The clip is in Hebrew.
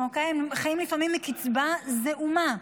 הם חיים לפעמים מקצבה זעומה.